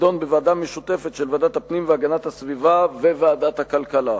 תידון בוועדה משותפת של ועדת הפנים והגנת הסביבה וועדת הכלכלה.